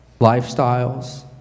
Lifestyles